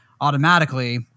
automatically